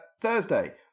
Thursday